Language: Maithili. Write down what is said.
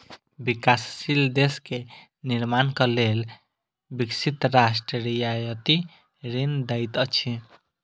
विकासशील देश के निर्माणक लेल विकसित राष्ट्र रियायती ऋण दैत अछि